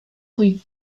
rue